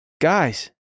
Guys